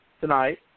tonight